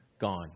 Gone